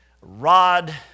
Rod